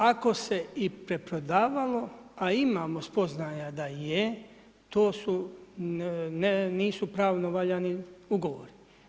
Ako se i preprodavalo, a imamo spoznaja da je to nisu pravilno valjani ugovori.